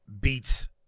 Beats